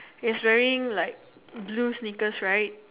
he's wearing like blue sneakers right